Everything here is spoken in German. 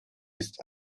ist